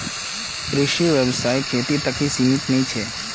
कृषि व्यवसाय खेती तक ही सीमित नी छे